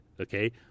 okay